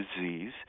disease